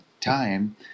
time